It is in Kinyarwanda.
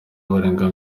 barenga